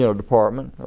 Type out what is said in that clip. you know department.